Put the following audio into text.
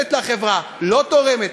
תורמת לחברה, לא תורמת.